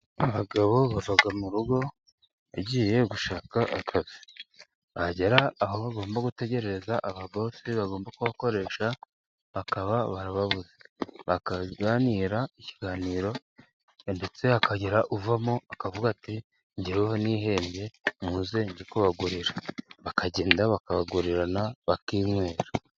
Abagabo bava mu rugo bagiye gushaka akazi, bagera aho bagomba gutegereza aba bosi bagomba kubakoresha bakaba barababuze, bakaganira ikiganiro ndetse kagira uvamo akavuga ati jyeweho nihebye muze jye kubagurira, bakagenda bakajyenda bakagurirana bakinywera.